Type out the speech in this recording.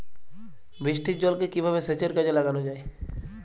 বৃষ্টির জলকে কিভাবে সেচের কাজে লাগানো য়ায়?